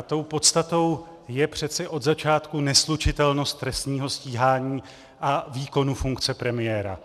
Tou podstatou je přece od začátku neslučitelnost trestního stíhání a výkonu funkce premiéra.